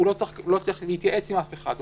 הוא לא צריך להתייעץ עם אף אחד,